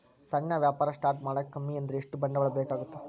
ಸಣ್ಣ ವ್ಯಾಪಾರ ಸ್ಟಾರ್ಟ್ ಮಾಡಾಕ ಕಮ್ಮಿ ಅಂದ್ರು ಎಷ್ಟ ಬಂಡವಾಳ ಬೇಕಾಗತ್ತಾ